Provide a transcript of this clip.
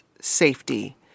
safety